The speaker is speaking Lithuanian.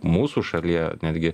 mūsų šalyje netgi